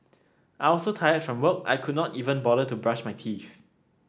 I also tired from work I could not even bother to brush my teeth